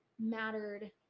mattered